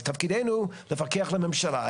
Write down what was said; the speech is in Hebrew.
אז תפקידנו הוא לפקח על הממשלה.